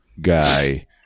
guy